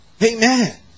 Amen